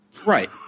Right